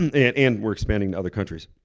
and and and we're expanding in other countries.